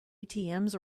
atms